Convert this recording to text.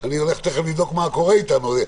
אני הולך תיכף לבדוק מה קורה איתנו.